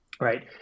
right